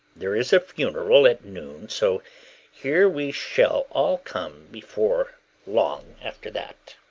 there is a funeral at noon, so here we shall all come before long after that.